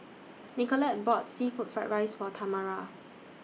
Nicolette bought Seafood Fried Rice For Tamara